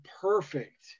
perfect